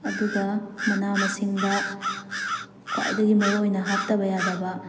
ꯑꯗꯨꯒ ꯃꯅꯥ ꯃꯁꯤꯡꯗ ꯈ꯭ꯋꯥꯏꯗꯒꯤ ꯃꯔꯨꯑꯣꯏꯅ ꯍꯥꯞꯇꯕ ꯌꯥꯗꯕ